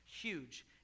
Huge